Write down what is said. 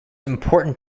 important